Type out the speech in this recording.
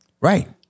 Right